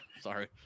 sorry